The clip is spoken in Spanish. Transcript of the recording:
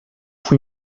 fue